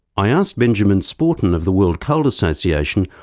i asked benjamin sporton of the world coal association,